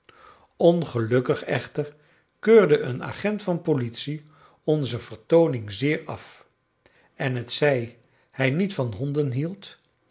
ongelukkig echter keurde een agent van politie onze vertooning zeer af en hetzij hij niet van honden hield